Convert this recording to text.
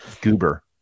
goober